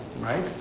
right